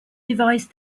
devised